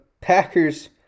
Packers